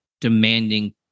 demanding